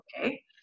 Okay